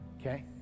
okay